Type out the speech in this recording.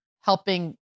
Helping